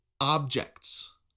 objects